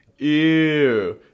Ew